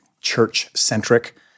church-centric